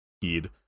heed